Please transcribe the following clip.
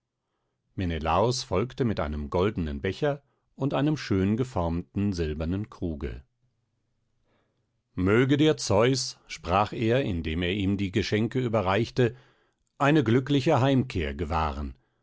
menelaos folgte mit einem goldenen becher und einem schön geformten silbernen kruge möge dir zeus sprach er indem er ihm die geschenke überreichte eine glückliche heimkehr gewahren